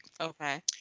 okay